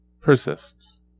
persists